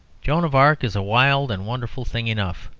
joan of arc is a wild and wonderful thing enough,